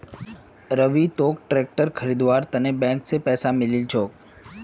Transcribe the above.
रवि तोक ट्रैक्टर खरीदवार त न ब्लॉक स पैसा मिलील छोक